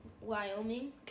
Wyoming